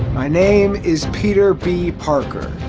my name is peter b. parker.